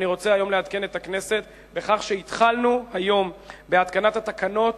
ואני רוצה היום לעדכן את הכנסת בכך שהתחלנו היום בהתקנת התקנות,